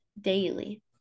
daily